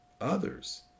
others